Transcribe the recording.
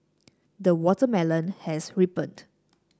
the watermelon has ripened